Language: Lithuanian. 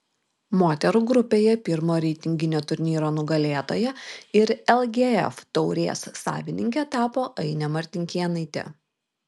moterų grupėje pirmo reitinginio turnyro nugalėtoja ir lgf taurės savininke tapo ainė martinkėnaitė